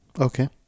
Okay